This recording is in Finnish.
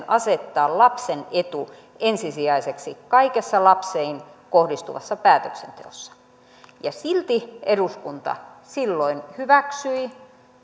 asettaa lapsen etu ensisijaiseksi kaikessa lapseen kohdistuvassa päätöksenteossa silti eduskunta silloin hyväksyi